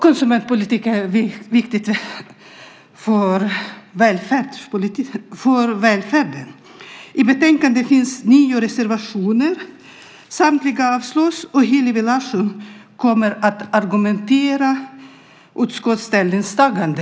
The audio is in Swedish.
Konsumentpolitiken är viktig för välfärden. I betänkandet finns det nio reservationer. Avslag yrkas på samtliga. Hillevi Larsson kommer att argumentera för utskottets ställningstagande.